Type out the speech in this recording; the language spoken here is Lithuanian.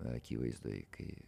akivaizdoj kai